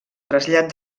trasllat